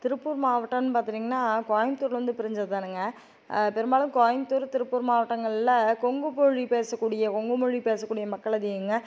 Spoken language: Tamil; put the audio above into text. திருப்பூர் மாவட்டோம்னு பார்த்துட்டீங்கன்னா கோயம்புத்தூர்லேருந்து பிரிஞ்சது தான்ங்க பெரும்பாலும் கோயம்புத்தூர் திருப்பூர் மாவட்டங்களில் கொங்கு மொழி பேசக்கூடிய கொங்கு மொழி பேசக்கூடிய மக்கள் அதிகம்ங்க